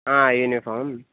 uniform